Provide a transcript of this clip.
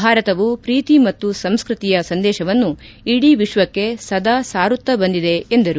ಭಾರತವು ಪ್ರೀತಿ ಮತ್ತು ಸಂಸ್ಕತಿಯ ಸಂದೇಶವನ್ನು ಇಡೀ ವಿಶ್ವಕ್ಕೆ ಸದಾ ಸಾರುತ್ತಾ ಬಂದಿದೆ ಎಂದರು